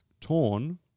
torn